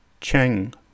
Cheng